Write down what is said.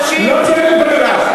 לא תהיה לי ברירה.